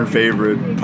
favorite